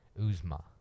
Uzma